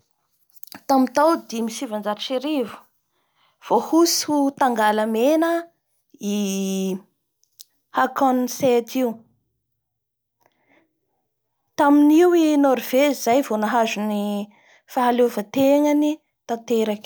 Tamin'ny tao dimy sy sivanjato sy arivo voahosotsy ho tangalamena i Hacanne depte io. Taminio i Norvezy izay vo nahazo ny fahaleovatenany tanteraky.